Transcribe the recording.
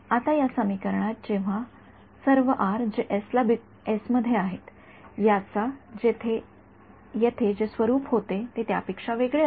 आता या समीकरणात जेव्हा याचा येथे जे स्वरूप होते ते त्यापेक्षा वेगळे असेल